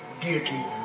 deity